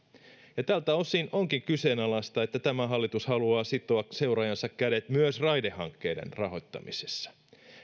tältä osin onkin kyseenalaista että tämä hallitus haluaa sitoa seuraajansa kädet myös raidehankkeiden rahoittamisessa